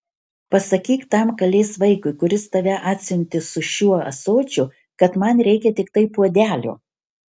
pasakyk tam kalės vaikui kuris tave atsiuntė su šiuo ąsočiu kad man reikia tiktai puodelio